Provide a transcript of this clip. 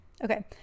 okay